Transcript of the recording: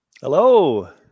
Hello